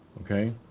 Okay